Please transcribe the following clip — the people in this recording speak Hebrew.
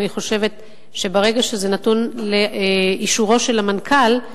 אני חושבת שברגע שזה נתון לאישורו של המנכ"ל,